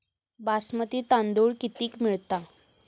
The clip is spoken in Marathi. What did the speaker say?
बासमती तांदूळ कितीक मिळता?